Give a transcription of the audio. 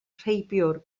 rheibiwr